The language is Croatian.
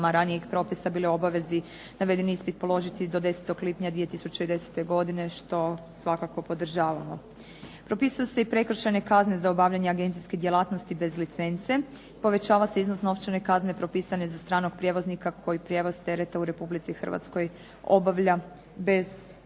ranijih propisa bile u obavezi navedeni ispit položiti do 10. lipnja 2010. godine što svakako podržavamo. Propisuju se i prekršajne kazne za obavljanje agencijske djelatnosti bez licence, povećava se iznos novčane kazne propisane za stranog prijevoznika koji prijevoz tereta u Republici Hrvatskoj obavlja bez dozvole.